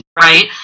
right